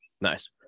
nice